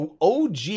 OG